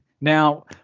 Now